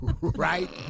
right